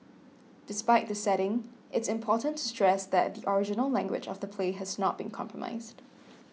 despite the setting it's important to stress that the original language of the play has not been compromised